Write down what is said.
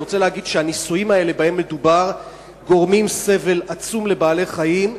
אני רוצה להגיד שהניסויים שבהם מדובר גורמים סבל עצום לבעלי-חיים.